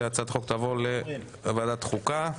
והצעת החוק תעבור לוועדת החוקה.